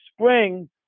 spring